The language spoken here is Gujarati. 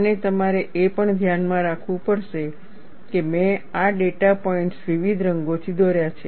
અને તમારે એ પણ ધ્યાનમાં રાખવું પડશે કે મેં આ ડેટા પોઈન્ટ્સ વિવિધ રંગોથી દોર્યા છે